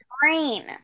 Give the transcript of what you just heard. Green